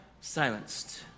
silenced